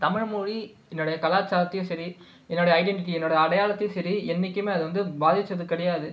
தமிழ்மொழி என்னோடய கலாச்சாரத்தையும் சரி என்னோடய ஐடின்டிட்டி என்னோட அடையாளத்தையும் சரி என்னிக்குமே அது வந்து பாதிச்சது கிடையாது